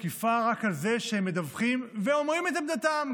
תקיפה רק על זה שהם מדווחים ואומרים את עמדתם,